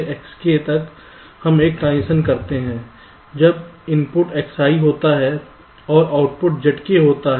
तो Xi से Xk तक हम एक ट्रांजिशन करते हैं जब इनपुट Xi होता है और आउटपुट Zk होता है